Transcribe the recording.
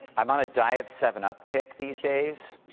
i'm on a diet seven up kick these days.